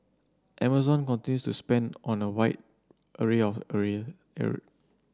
Amazon continues to spend on a wide area of area